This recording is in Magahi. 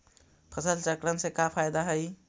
फसल चक्रण से का फ़ायदा हई?